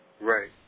Right